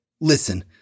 Listen